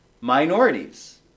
minorities